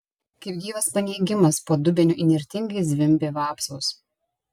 kaip gyvas paneigimas po dubeniu įnirtingai zvimbė vapsvos